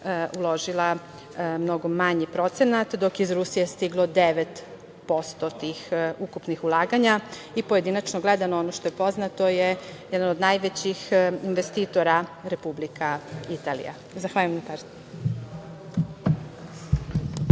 uložila mnogo manji procenat, dok iz Rusije je stiglo 9% tih ukupnih ulaganja i pojedinačno gledano, ono što je poznato, to je jedan od najvećih investitora – Republika Italija. Hvala na pažnji.